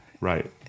Right